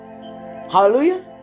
Hallelujah